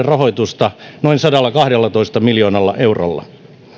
rahoitusta noin sadallakahdellatoista miljoonalla eurolla